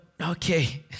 okay